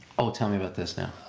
oh, tell me about this now.